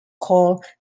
called